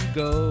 go